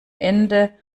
ende